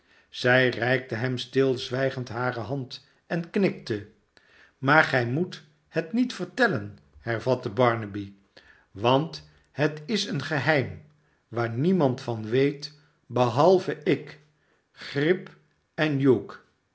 zij reikte hem stilzwijgend hare hand en knikte smaar gij moet het niet vertellen hervatte barnaby i want het is een geheim waar niemand van weet behalve ik grip en